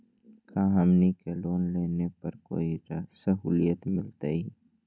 का हमनी के लोन लेने पर कोई साहुलियत मिलतइ?